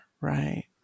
right